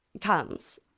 comes